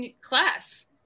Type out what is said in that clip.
class